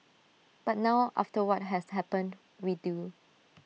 but now after what has happened we do